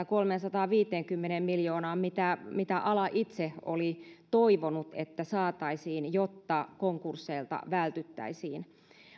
kolmeensataanviiteenkymmeneen miljoonaan mitä mitä ala itse oli toivonut että saataisiin jotta konkursseilta vältyttäisiin